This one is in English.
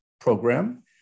program